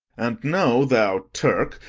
and know, thou turk,